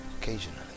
occasionally